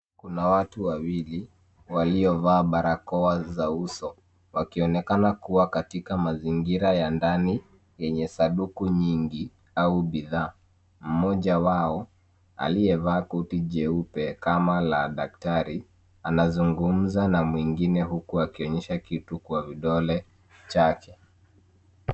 Kuna watu wawili waliovaa barakoa za uso wakionekana kuwa katika mazingira ya ndani yenye sanduku nyingi au bidhaa. Mmoja wao aliyevaa kuti jeupe kama la daktari anazungumza na mwingine huku akionyesha kitu kwa vidole chake.